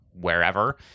wherever